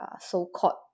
so-called